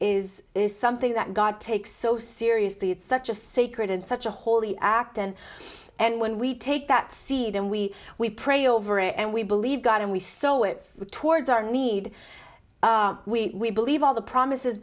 is something that god takes so seriously it's such a sacred and such a holy act and and when we take that seed and we we pray over it and we believe god and we so it towards our need we believe all the promises